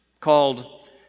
called